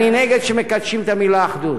אני נגד זה שמקדשים את המלה "אחדות".